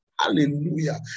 Hallelujah